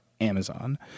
Amazon